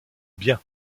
bien